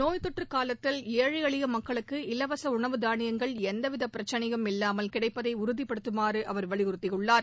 நோய் தொற்று காலத்தில் ஏழை எளிய மக்களுக்கு இலவச உணவு தானியங்கள் எந்தவித பிரச்சினை இல்லாமல் கிடைப்பதை உறுதிபடுத்தமாறும் அவர் வலியுறுத்தியுள்ளார்